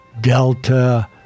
Delta